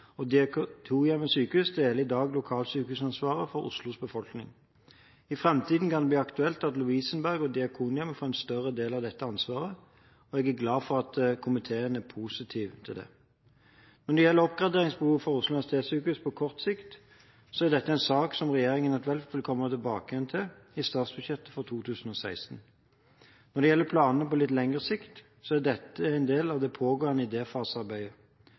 Lovisenberg Diakonale Sykehus og Diakonhjemmet Sykehus deler i dag lokalsykehusansvaret for Oslos befolkning. I framtiden kan det bli aktuelt at Lovisenberg og Diakonhjemmet får en større del av dette ansvaret. Jeg er glad for at komiteen er positiv til dette. Når det gjelder oppgraderingsbehov ved Oslo universitetssykehus på kort sikt, er dette en sak som regjeringen eventuelt vil komme tilbake til i statsbudsjettet for 2016. Når det gjelder planene på litt lengre sikt, er dette en del av det pågående